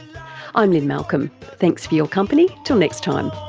i'm lynne malcolm, thanks for your company till next time